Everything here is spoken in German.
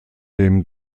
dem